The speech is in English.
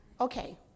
Okay